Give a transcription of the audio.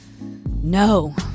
No